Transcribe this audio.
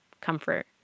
comfort